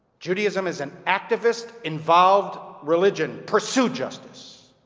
judaism is an activist, involved religion. pursue justice.